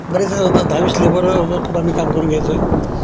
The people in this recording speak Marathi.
बरेचदा दहावीस लेबरकडून आम्ही काम करून घ्यायचं